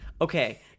Okay